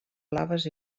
blaves